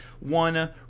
One